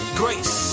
grace